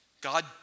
God